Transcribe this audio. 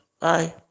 Bye